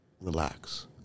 relax